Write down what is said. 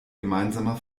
gemeinsamer